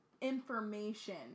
information